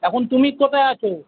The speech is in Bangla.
এখন তুমি কোথায় আছো